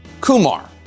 Kumar